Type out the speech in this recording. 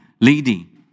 lady